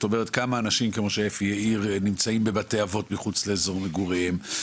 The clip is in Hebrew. כמה אנשים כמו שאפי תיאר נמצאים בבתי באבות מחוץ למקום מגוריהם,